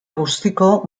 guztiko